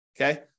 Okay